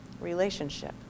relationship